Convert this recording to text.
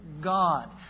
God